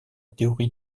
théorie